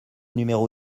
numéro